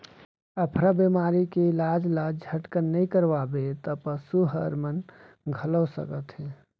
अफरा बेमारी के इलाज ल झटकन नइ करवाबे त पसू हर मन घलौ सकत हे